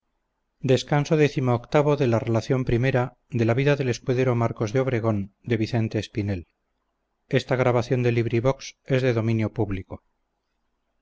la donosa narración de las aventuras del escudero marcos de obregón